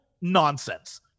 nonsense